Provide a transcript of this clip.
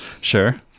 Sure